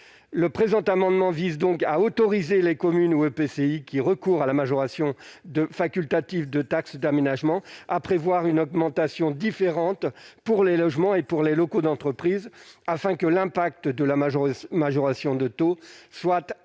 le présent amendement vise donc à autoriser les communes ou EPCI qui recourent à la majoration de facultatif de taxe d'aménagement à prévoir une augmentation différente pour les logements et pour les locaux d'entreprise afin que l'impact de la majorité majorations de taux soient